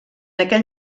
aquell